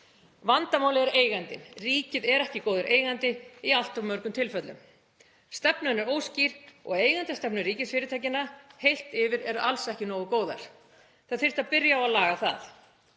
Vandamálið er eigandinn. Ríkið er ekki góður eigandi í allt of mörgum tilfellum. Stefnan er óskýr og eigendastefnur ríkisfyrirtækjanna heilt yfir eru alls ekki nógu góðar. Það þyrfti að byrja á að laga það.